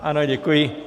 Ano, děkuji.